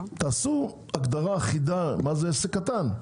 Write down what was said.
תעשו הגדרה אחידה, מהו עסק קטן?